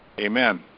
Amen